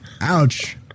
ouch